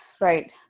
right